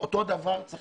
אותו דבר צריך